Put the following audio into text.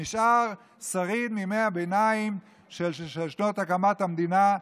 זה נשאר שריד מימי הביניים של שנות הקמת המדינה.